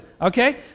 Okay